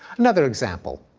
another example,